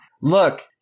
Look